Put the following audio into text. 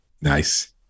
nice